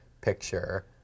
picture